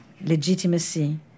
legitimacy